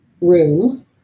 Room